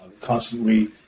constantly